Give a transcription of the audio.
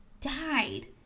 died